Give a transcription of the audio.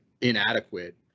inadequate